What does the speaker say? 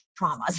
traumas